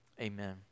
amen